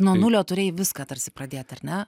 nuo nulio turėjai viską tarsi pradėt ar ne